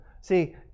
See